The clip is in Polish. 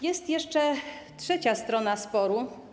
Jest jeszcze trzecia strona sporu.